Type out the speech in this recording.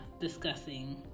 discussing